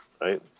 right